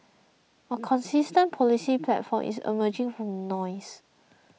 a consistent policy platform is emerging from the noise